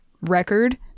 record